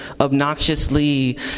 obnoxiously